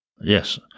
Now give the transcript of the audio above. Yes